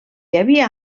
havia